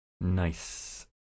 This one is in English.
Nice